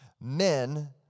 Men